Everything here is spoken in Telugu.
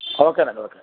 ఓకేనండి ఓకే